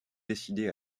décidé